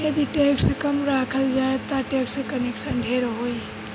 यदि टैक्स कम राखल जाओ ता टैक्स कलेक्शन ढेर होई